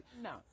No